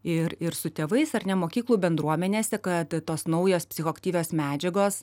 ir ir su tėvais ar ne mokyklų bendruomenėse kad tos naujos psichoaktyvios medžiagos